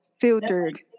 filtered